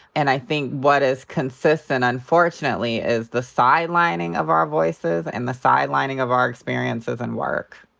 and i think what is consistent unfortunately is the sidelining of our voices and the sidelining of our experiences and work.